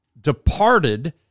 departed